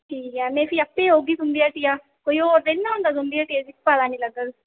ठीक ऐ में फ्ही आपे औगी तुं'दी हट्टिया कोई होर ते नीं औंदा तुं'दी हट्टियै दा जेह् पता नीं लग्गग